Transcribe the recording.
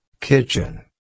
Kitchen